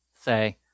Say